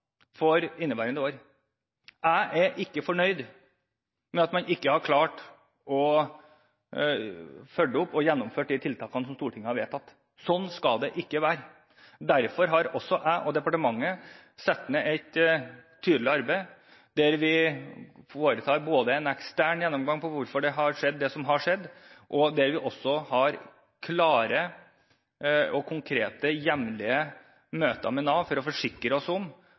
for inneværende år. Jeg er ikke fornøyd med at man ikke har klart å følge opp og gjennomført tiltakene som Stortinget har vedtatt. Sånn skal det ikke være. Derfor har jeg og departementet satt i gang et arbeid, der vi foretar en ekstern gjennomgang av hvorfor det som har skjedd, har skjedd, og der vi har klare, konkrete og jevnlige møter med Nav for å forsikre oss om